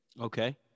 Okay